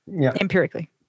Empirically